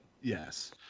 Yes